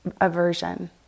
aversion